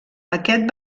aquest